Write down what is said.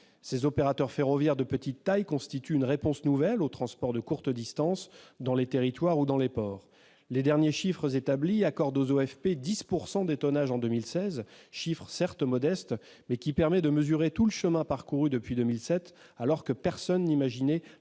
Ces opérateurs ferroviaires de petite taille constituent une réponse nouvelle au transport de courte distance dans les territoires ou dans les ports. Les derniers chiffres établis accordent aux OFP quelque 10 % des tonnages en 2016, chiffre certes modeste, mais qui permet de mesurer le chemin parcouru depuis 2007, alors que personne n'imaginait